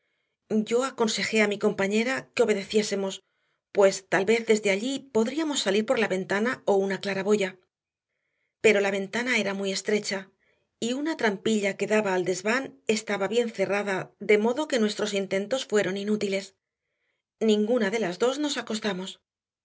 yo aconsejé a mi compañera que obedeciésemos pues tal vez desde allí podríamos salir por la ventana o una claraboya pero la ventana era muy estrecha y una trampilla que daba al desván estaba bien cerrada de modo que nuestros intentos fueron inútiles ninguna de las dos nos acostamos